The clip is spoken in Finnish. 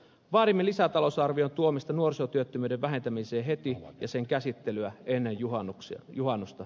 vaadimme lisätalousarvion tuomista nuorisotyöttömyyden vähentämiseksi heti ja sen käsittelyä ennen juhannusta